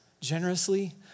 generously